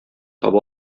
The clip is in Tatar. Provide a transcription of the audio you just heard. таба